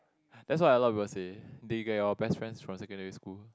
that's what a lot of people say that you get your best friends from secondary school